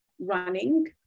running